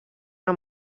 una